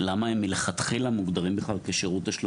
למה הם מלכתחילה מוגדרים בכלל כשירות תשלום?